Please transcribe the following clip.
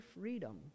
freedom